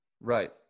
Right